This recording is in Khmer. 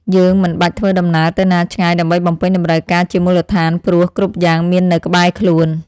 យើងមិនបាច់ធ្វើដំណើរទៅណាឆ្ងាយដើម្បីបំពេញតម្រូវការជាមូលដ្ឋាន ព្រោះគ្រប់យ៉ាងមាននៅក្បែរខ្លួន។